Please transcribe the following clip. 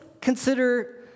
consider